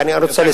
אם תוכל לסיים,